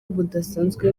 budasanzwe